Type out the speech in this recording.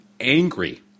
angry